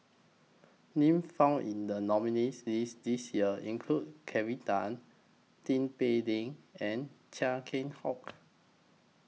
Names found in The nominees' list This Year include Kelvin Tan Tin Pei Ling and Chia Keng Hock